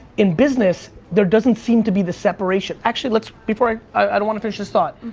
in business, there doesn't seem to be the separation. actually let's, before, i i don't want to finish this thought.